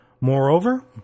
Moreover